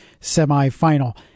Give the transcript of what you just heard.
semifinal